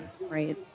Right